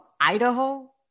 Idaho